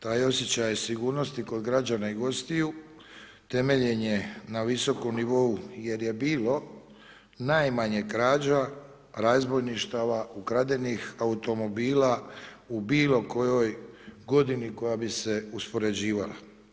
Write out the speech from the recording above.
Taj osjećaj sigurnosti kod građana i gostiju temeljne je na visokom nivou, jer je bilo najmanje krađe, razbojništava, ukradenih automobila u bilo kojoj godini koja bi se uspoređivala.